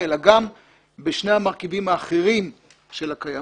אלא גם בשני המרכיבים האחרים של הקיימות,